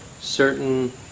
certain